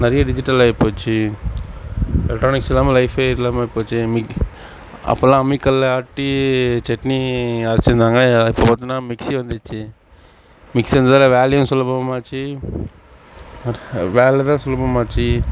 நிறைய டிஜிட்டல் ஆகிப் போச்சு எலக்ட்ரானிக்ஸ் இல்லாமல் லைஃபே இல்லாமல் போச்சு இன்னிக்கி அப்போல்லாம் அம்மிக்கல்லை ஆட்டி சட்னி அரைச்சிருந்தாங்க இப்போது பார்த்தோன்னா மிக்சி வந்துச்சு மிக்சி வந்ததால் வேலையும் சுலபமாக ஆச்சு ஆ வேலை தான் சுலபமாக ஆச்சு